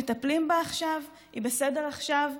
מטפלים בה עכשיו, היא בסדר עכשיו?